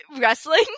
wrestling